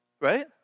Right